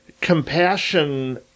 compassion